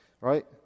right